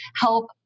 help